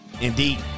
Indeed